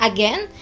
Again